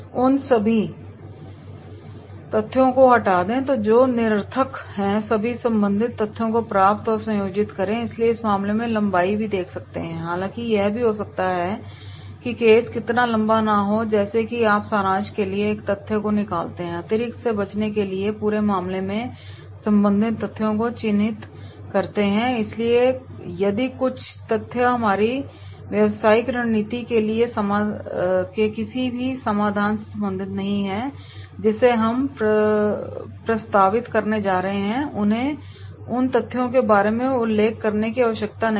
उन सभी तथ्यों को हटा दें जो कि निरर्थक है सभी संबंधित तथ्यों को समाप्त और संयोजित करें इसलिए इस मामले को लंबाई में भी देखा जा सकता है हालांकि यह भी हो सकता है कि केस इतना लंबा ना हो जैसा कि आप सारांश के लिए एक तथ्य को निकालते हैं अतिरेक से बचने के लिए पूरे मामले से संबंधित तथ्यों को चिह्नित करते हैं इसलिए यदि कुछ तथ्य हमारी व्यावसायिक रणनीति के किसी भी समाधान से संबंधित नहीं हैं जिसे हम प्रस्तावित करने जा रहे हैं तो उन्हें उन तथ्यों के बारे में भी उल्लेख करने की आवश्यकता नहीं है